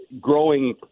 Growing